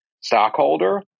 stockholder